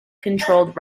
controlled